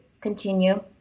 continue